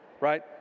right